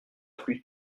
plus